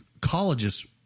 colleges